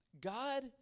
God